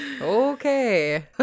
okay